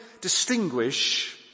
distinguish